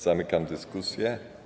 Zamykam dyskusję.